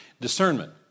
discernment